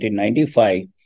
1995